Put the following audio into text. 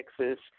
Texas